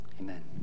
Amen